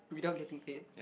without getting paid